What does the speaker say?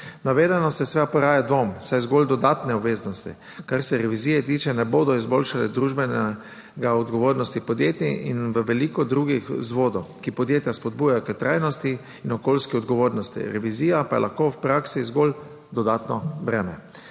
navedenem se seveda poraja dvom, saj zgolj dodatne obveznosti, kar se revizije tiče, ne bodo izboljšale družbene odgovornosti podjetij. Veliko je drugih vzvodov, ki podjetja spodbujajo k trajnosti in okoljski odgovornosti, revizija pa je lahko v praksi zgolj dodatno breme.